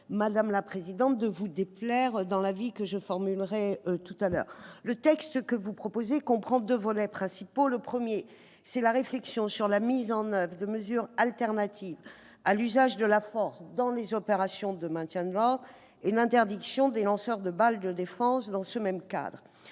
crains toutefois de vous déplaire en exposant l'avis que je formulerai tout à l'heure. Le texte proposé comprend deux volets principaux : la réflexion sur la mise en oeuvre de mesures alternatives à l'usage de la force dans les opérations de maintien de l'ordre et l'interdiction des lanceurs de balles de défense dans ce même cadre.